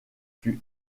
fut